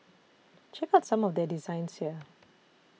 check out some of their designs here